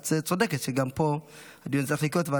את צודקת שגם פה הדיון צריך לקרות,